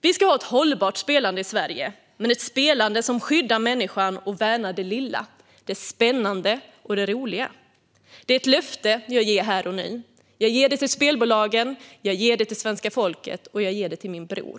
Vi ska ha ett hållbart spelande i Sverige, men det ska vara ett spelande som skyddar människan och värnar det lilla, det spännande och det roliga. Det är ett löfte jag ger här och nu. Jag ger det till spelbolagen, jag ger det till svenska folket och jag ger det till min bror.